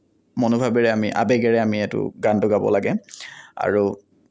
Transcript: মনোভাৱেৰে আমি আৱেগেৰে আমি এইটো গানটো গাব লাগে আৰু